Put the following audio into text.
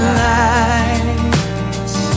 lights